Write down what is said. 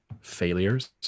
failures